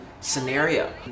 scenario